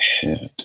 head